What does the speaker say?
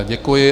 Děkuji.